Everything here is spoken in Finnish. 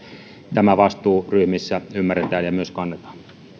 tämä vastuu ryhmissä ymmärretään ja myös kannetaan